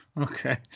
Okay